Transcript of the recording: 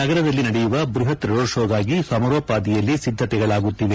ನಗರದಲ್ಲಿ ನಡೆಯುವ ಬ್ಲಪತ್ ರೋಡ್ ಶೋಗಾಗಿ ಸಮಾರೋಪಾದಿಯಲ್ಲಿ ಸಿದ್ದತೆಗಳಾಗುತ್ತಿದೆ